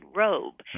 robe